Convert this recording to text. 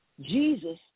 Jesus